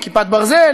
"כיפת ברזל".